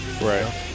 Right